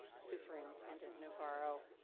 superintendent navarro,